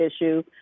issue